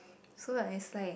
so like it's like